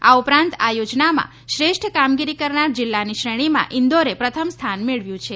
આ ઉપરાંત આ યોજનામાં શ્રેષ્ઠ કામગીરી કરનાર જિલ્લાની શ્રેણીમાં ઈન્દોરે પ્રથમ સ્થાન મેળવ્યું છે